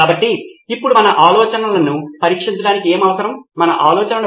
కాబట్టి ఈ సమయంలో మీరు దీని నుండి వచ్చే లక్షణాలు ఏమిటో వ్రాయాలని నేను కోరుకుంటున్నాను